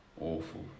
awful